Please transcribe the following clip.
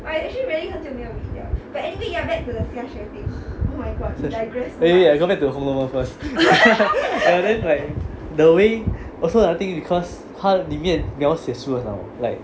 xiaxue eh wait I go back to 红楼梦 first ah ya then like the way also I think because 他里面描写书很好 like